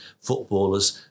footballers